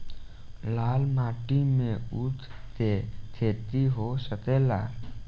लाल माटी मे ऊँख के खेती हो सकेला?